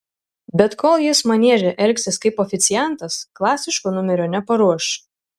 bet kol jis manieže elgsis kaip oficiantas klasiško numerio neparuoš